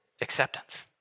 acceptance